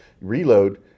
reload